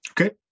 Okay